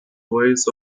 ways